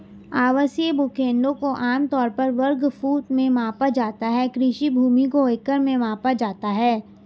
आवासीय भूखंडों को आम तौर पर वर्ग फुट में मापा जाता है, कृषि भूमि को एकड़ में मापा जाता है